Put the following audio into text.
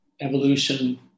evolution